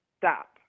stop